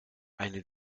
eine